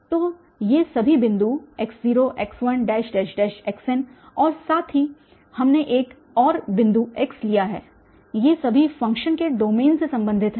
तो ये सभी बिंदु x0x1 xn और साथ ही हमने एक और बिंदु x लिया है ये सभी फ़ंक्शन के डोमेन से संबंधित हैं